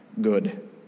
good